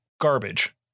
garbage